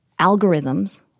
algorithms